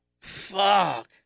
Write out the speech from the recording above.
Fuck